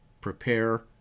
prepare